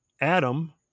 Adam